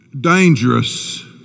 dangerous